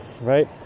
right